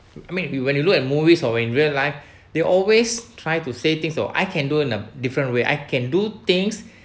I mean when you look at movies or in real life they always try to say things or I can do in a different way I can do things